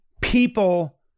People